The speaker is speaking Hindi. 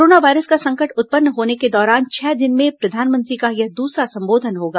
कोरोना वायरस का संकट उत्पन्न होने के दौरान छह दिन में प्रधानमंत्री का यह दूसरा संबोधन होगा